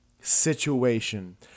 situation